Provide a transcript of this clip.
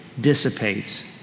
dissipates